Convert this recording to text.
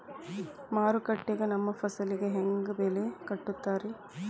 ಮಾರುಕಟ್ಟೆ ಗ ನಮ್ಮ ಫಸಲಿಗೆ ಹೆಂಗ್ ಬೆಲೆ ಕಟ್ಟುತ್ತಾರ ರಿ?